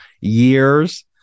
years